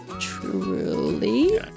Truly